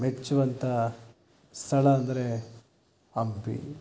ಮೆಚ್ಚುವಂತ ಸ್ಥಳ ಅಂದರೆ ಹಂಪಿ